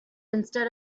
instead